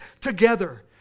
together